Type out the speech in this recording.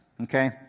okay